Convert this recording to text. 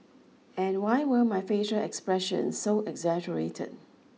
and why were my facial expression so exaggerated